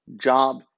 job